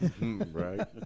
Right